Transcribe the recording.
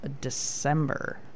December